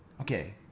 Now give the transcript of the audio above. Okay